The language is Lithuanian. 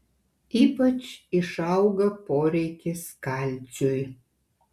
ypač išauga poreikis kalciui